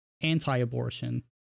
anti-abortion